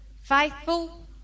faithful